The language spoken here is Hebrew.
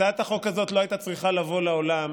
הצעת החוק הזאת לא הייתה צריכה לבוא לעולם